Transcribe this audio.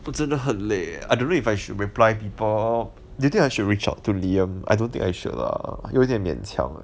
我真的很累 eh I don't know if I should reply people do think I should reach out to liam I don't think I should lah 有点勉强